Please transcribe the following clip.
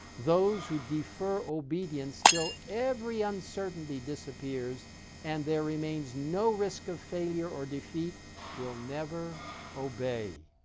those who defer obedience till every uncertainty disappears and there remains no risk of failure or defeat will never obey.